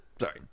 sorry